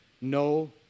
no